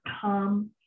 come